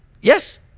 yes